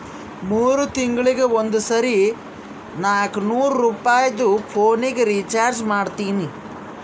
ಮೂರ್ ತಿಂಗಳಿಗ ಒಂದ್ ಸರಿ ನಾಕ್ನೂರ್ ರುಪಾಯಿದು ಪೋನಿಗ ರೀಚಾರ್ಜ್ ಮಾಡ್ತೀನಿ